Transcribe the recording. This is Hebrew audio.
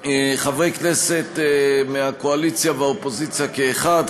חברי כנסת מהקואליציה והאופוזיציה כאחד,